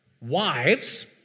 wives